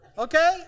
Okay